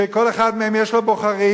וכל אחד מהם יש לו בוחרים,